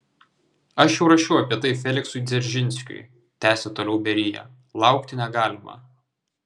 aš jau rašiau apie tai feliksui dzeržinskiui tęsė toliau berija laukti negalima